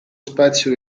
spazio